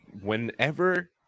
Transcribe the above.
whenever